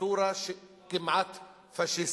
דיקטטורה כמעט פאשיסטית.